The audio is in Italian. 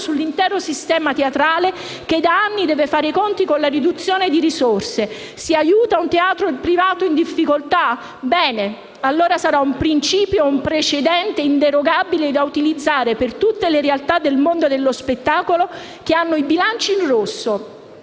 sull'intero sistema teatrale che da anni deve fare i conti con la riduzione di risorse. Si aiuta un teatro privato in difficoltà? Bene, allora sarà un principio e un precedente inderogabile da utilizzare per tutte le realtà del mondo dello spettacolo che hanno i bilanci in rosso,